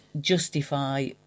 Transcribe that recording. justify